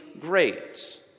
great